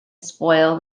spoil